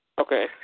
Okay